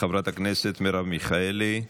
חברת הכנסת מרב מיכאלי,